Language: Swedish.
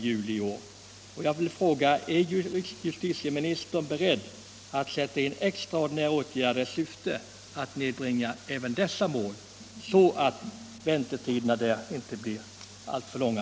Jag vill fråga justitieministern om han är beredd att vidta extraordinära åtgärder i syfte att nedbringa antalet av dessa mål, så att väntetiderna inte blir alltför långa.